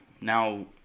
now